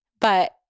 but-